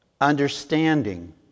understanding